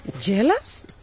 Jealous